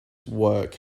work